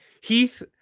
Heath